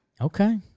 Okay